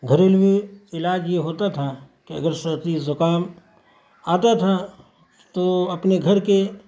گھریلو علاج یہ ہوتا تھا کہ اگر سردی زکام آتا تھا تو اپنے گھر کے